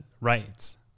rights